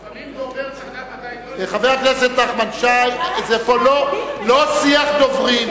לפעמים, חבר הכנסת נחמן שי, זה לא שיח דוברים.